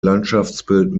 landschaftsbild